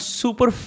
super